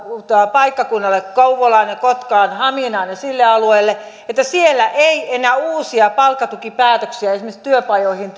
paikkakunnalle kouvolaan kotkaan haminaan ja sille alueelle ei enää tehdä lainkaan uusia palkkatukipäätöksiä esimerkiksi työpajoihin